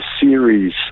series